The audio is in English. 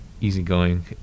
easygoing